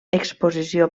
exposició